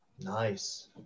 Nice